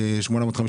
850?